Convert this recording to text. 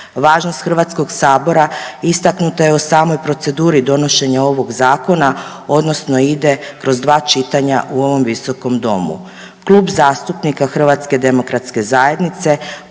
Važnost HS istaknuta je u samoj proceduri donošenja ovog zakona odnosno ide kroz dva čitanja u ovom visokom domu. Klub zastupnika HDZ-a podržat će ovaj